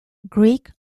greek